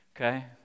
Okay